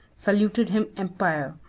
saluted him emperor,